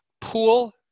pool